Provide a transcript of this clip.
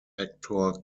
hector